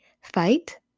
Fight